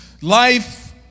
life